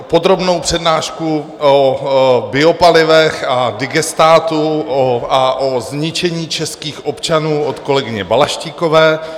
Podrobnou přednášku o biopalivech a digestátu a o zničení českých občanů od kolegyně Balaštíkové.